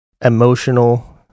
emotional